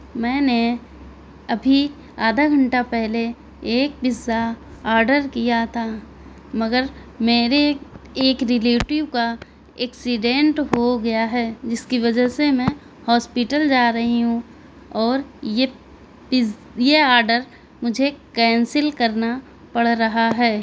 میں نے ابھی آدھا گھنٹہ پہلے ایک پزا آڈر کیا تھا مگر میرے ایک ریلیٹیو کا ایکسیڈینٹ ہو گیا ہے جس کی وجہ سے میں ہاسپٹل جا رہی ہوں اور یہ یہ آڈر مجھے کینسل کرنا پڑ رہا ہے